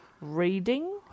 Reading